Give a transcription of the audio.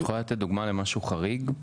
את יכולה לתת דוגמה למשהו חריג?